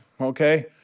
okay